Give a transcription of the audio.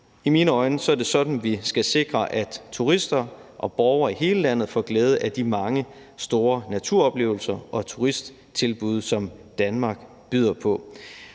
I mine øjne er det sådan, vi skal sikre, at turister og borgere i hele landet får glæde af de mange store naturoplevelser og turisttilbud, som Danmark byder på.